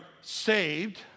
saved